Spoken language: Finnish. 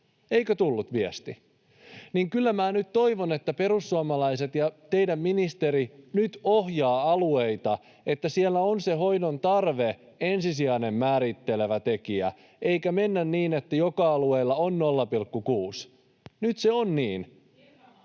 Eikö tullut viesti? Kyllä minä nyt toivon, että perussuomalaiset ja teidän ministerinne ohjaavat alueita, että siellä on se hoidon tarve ensisijainen määrittelevä tekijä, eikä mennä niin, että joka alueella on 0,6. Nyt se on niin.